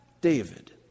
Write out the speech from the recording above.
David